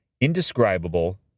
indescribable